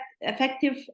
effective